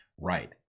right